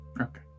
Okay